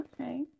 okay